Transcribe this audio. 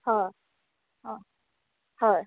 हय हय